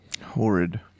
Horrid